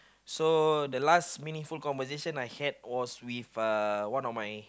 so the last meaningful conversation I had was with uh one of my